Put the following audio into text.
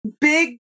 big